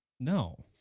no.